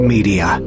Media